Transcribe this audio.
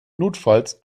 notfalls